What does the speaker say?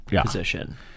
position